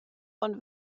und